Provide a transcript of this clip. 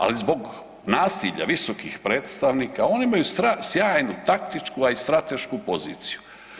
Ali zbog nasilja visokih predstavnika oni imaju sjajnu taktičku a i stratešku poziciju.